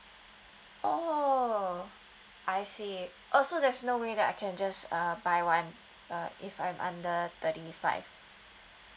oh I see oh so there's no way that I can just uh buy one uh if I'm under thirty five